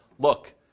look